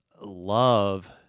love